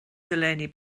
delaney